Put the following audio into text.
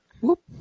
whoop